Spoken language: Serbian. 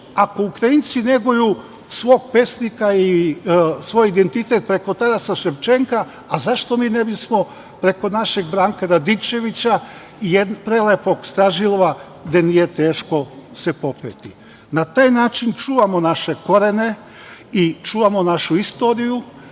Ako Ukrajinci neguju svog pesnika i svoj identitet preko Tarasa Ševčenka, a zašto mi ne bismo preko našeg Branka Radičevića i prelepog Stražilova gde se nije teško popeti. Na taj način čuvamo naše korene i čuvamo našu istoriju,